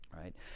right